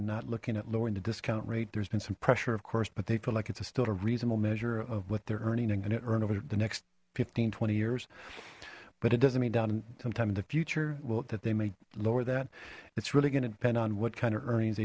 not looking at lowering the discount rate there's been some pressure of course but they feel like it's a still a reasonable measure of what they're earning and gonna earn over the next fifteen twenty years but it doesn't mean down sometime in the future vote that they may lower that it's really gonna depend on what kind of earnings